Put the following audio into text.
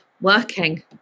working